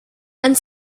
and